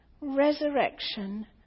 resurrection